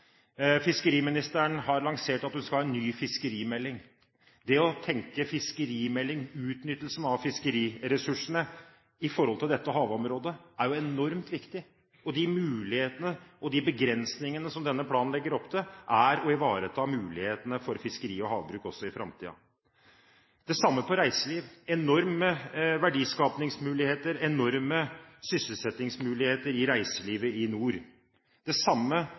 Fiskeriministeren har lansert at hun skal ha en ny fiskerimelding. Det å tenke på utnyttelsen av fiskeriressursene i dette havområdet er enormt viktig. De begrensningene som denne planen legger opp til, er å ivareta mulighetene for fiskeri og havbruk også i framtiden. Det samme gjelder reiseliv. Det er enorme verdiskapingsmuligheter og enorme sysselsettingsmuligheter i forbindelse med reiselivet i nord. Det samme